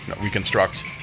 reconstruct